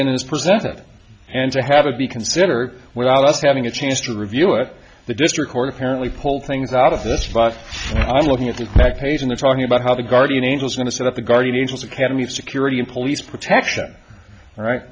in is presented and to have it be considered without us having a chance to review it the district court apparently pull things out of this but i'm looking at the back page and they're talking about how the guardian angels going to set up the guardian angels academy of security and police protection